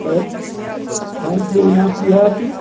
और और